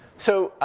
so